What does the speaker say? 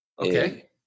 Okay